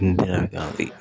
Indira Gandhi